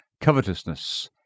covetousness